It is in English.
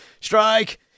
strike